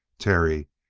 terry,